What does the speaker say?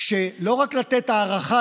לא רק לתת הארכה,